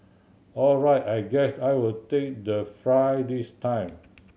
all right I guess I'll take the fry this time